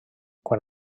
quan